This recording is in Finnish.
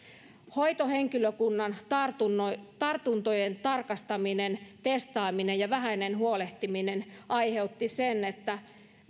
hoitohenkilökunnan tartuntojen vähäinen tarkastaminen testaaminen ja huolehtiminen aiheuttivat sen että